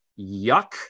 Yuck